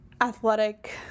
athletic